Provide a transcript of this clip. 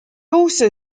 also